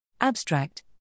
Abstract